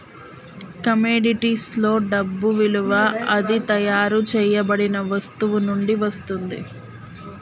కమోడిటీస్లో డబ్బు విలువ అది తయారు చేయబడిన వస్తువు నుండి వస్తుంది